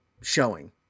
showing